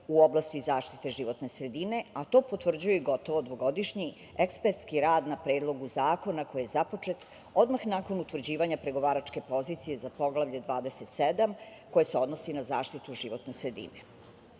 u oblasti zaštite životne sredine, a to potvrđuje gotovo dvogodišnji ekspertski rad na Predlogu zakona, koji je započet odmah nakon utvrđivanja pregovaračke pozicije za Poglavlje 27, koje se odnosi na zaštitu životne sredine. Sve